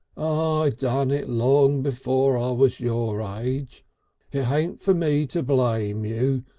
i done it long before i was your age. it hain't for me to blame you.